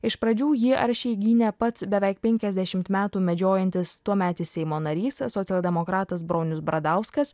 iš pradžių jį aršiai gynė pats beveik penkiasdešimt metų medžiojantis tuometis seimo narys socialdemokratas bronius bradauskas